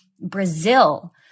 Brazil